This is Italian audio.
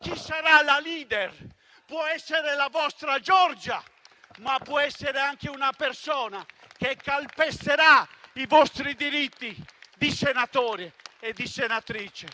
Ci sarà la *leader*, può essere la vostra Giorgia, ma può essere anche una persona che calpesterà i vostri diritti di senatori e di senatrici.